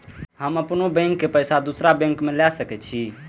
हम अपनों बैंक के पैसा दुसरा बैंक में ले सके छी?